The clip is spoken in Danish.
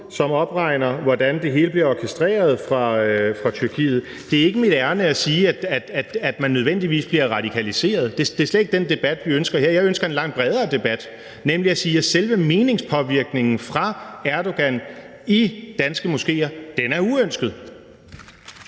som opregner, hvordan det hele bliver orkestreret fra Tyrkiet. Det er ikke mit ærinde at sige, at man nødvendigvis bliver radikaliseret. Det er slet ikke den debat, vi ønsker her. Jeg ønsker en langt bredere debat, nemlig at sige, at selve meningspåvirkningen fra Erdogan i danske moskéer er uønsket.